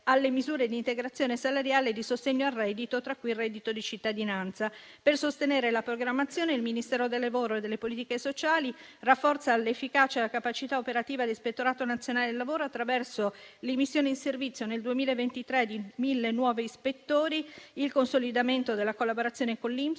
alle misure di integrazione salariale e di sostegno al reddito, tra cui il reddito di cittadinanza. Per sostenere la programmazione, il Ministero del lavoro e delle politiche sociali rafforza l'efficacia e la capacità operativa dell'Ispettorato nazionale del lavoro attraverso l'immissione in servizio nel 2023 di 1.000 nuovi ispettori, il consolidamento della collaborazione con l'INPS,